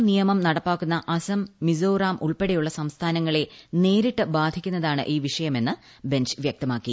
A നിയമം നടപ്പാക്കുന്ന അസം മിസോറാം ഉൾപ്പെടെയുള്ള സംസ്ഥാനങ്ങളെ നേരിട്ട് ബാധിക്കുന്നതാണ് ഈ വിഷയമെന്ന് ബഞ്ച് വൃക്തമാക്കി